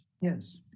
Yes